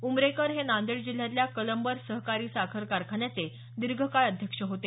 उमरेकर हे नांदेड जिल्ह्यातल्या कलंबर सहकारी साखर कारखान्याचे दीर्घकाळ अध्यक्ष होते